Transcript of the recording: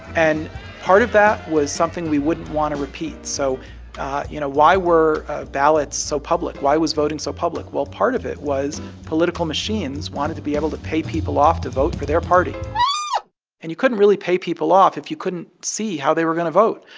and part of that was something we wouldn't want to repeat. so you know, why were ballots so public? why was voting so public? well, part of it was political machines wanted to be able to pay people off to vote for their party and you couldn't really pay people off if you couldn't see how they were going to vote.